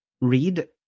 read